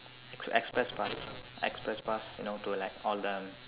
express pass express pass you know to like all the